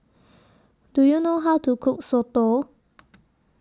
Do YOU know How to Cook Soto